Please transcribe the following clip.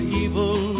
evil